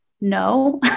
no